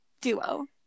duo